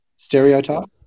Stereotype